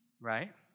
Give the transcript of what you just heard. right